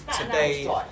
today